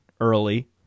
early